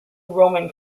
roman